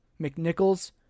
McNichols